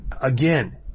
Again